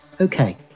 Okay